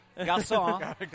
Garçon